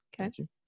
Okay